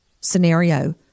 scenario